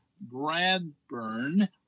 Bradburn